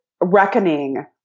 reckoning